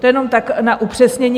To jenom tak na upřesnění.